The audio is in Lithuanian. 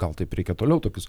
gal taip reikia toliau tokius